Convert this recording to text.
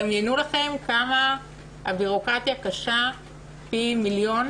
דמיינו לכם כמה הבירוקרטיה קשה פי מיליון